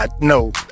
No